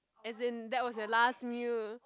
as in that was your last meal